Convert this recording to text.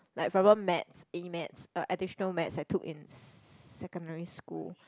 like for example maths E-Maths um additional math I took in secondary school